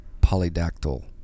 polydactyl